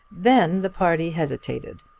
then the party hesitated.